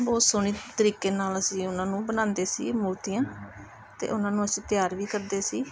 ਬਹੁਤ ਸੋਹਣੇ ਤਰੀਕੇ ਨਾਲ ਅਸੀਂ ਉਹਨਾਂ ਨੂੰ ਬਣਾਉਂਦੇ ਸੀ ਮੂਰਤੀਆਂ ਅਤੇ ਉਹਨਾਂ ਨੂੰ ਅਸੀਂ ਤਿਆਰ ਵੀ ਕਰਦੇ ਸੀ